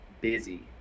busy